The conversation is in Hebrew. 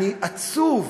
אני עצוב,